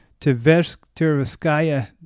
Tverskaya